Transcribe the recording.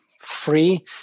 free